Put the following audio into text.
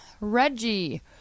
reggie